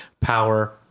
power